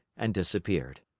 and disappeared.